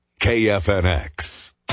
KFNX